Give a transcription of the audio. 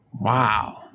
Wow